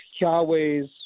Yahweh's